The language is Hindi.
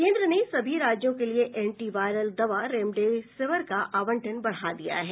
केंद्र ने सभी राज्यों के लिए एंटी वायरल दवा रेमडेसिविर का आवंटन बढ़ा दिया है